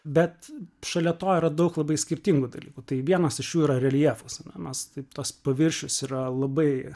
bet šalia to yra daug labai skirtingų dalykų tai vienas iš jų yra reljefas na mes taip tos paviršius yra labai